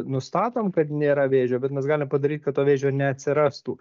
nustatom kad nėra vėžio bet mes galim padaryt kad to vėžio ir neatsirastų